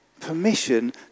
permission